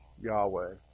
Yahweh